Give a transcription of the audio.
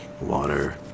water